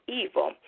evil